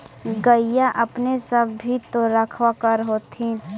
गईया अपने सब भी तो रखबा कर होत्थिन?